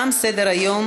46),